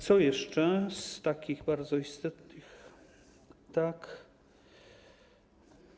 Co jeszcze z takich bardzo istotnych kwestii?